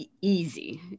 easy